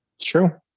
True